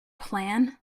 plan